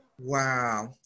Wow